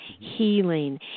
healing